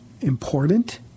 important